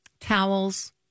Towels